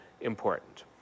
important